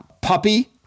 Puppy